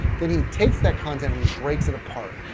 then he takes that content and he breaks it apart.